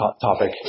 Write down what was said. topic